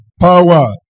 power